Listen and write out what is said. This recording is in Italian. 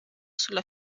sulla